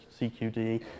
CQD